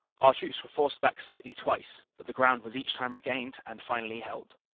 our troops were forced, back slightly twice, but the ground was each time regained and finally held.